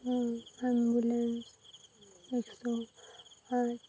ଆଉ ଆମ୍ବୁଲାନ୍ସ ଏକଶହ ଆଠ